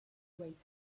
great